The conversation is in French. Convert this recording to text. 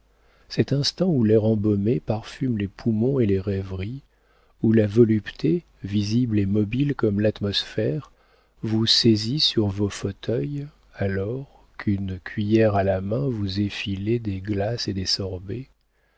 cet instant où l'air embaumé parfume les poumons et les rêveries où la volupté visible et mobile comme l'atmosphère vous saisit sur vos fauteuils alors qu'une cuiller à la main vous effilez des glaces ou des sorbets